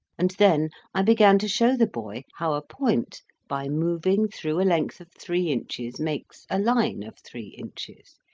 and then i began to show the boy how a point by moving through a length of three inches makes a line of three inches,